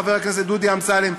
חבר הכנסת דודי אמסלם,